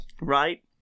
Right